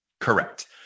Correct